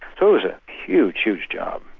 so it was a huge, huge job.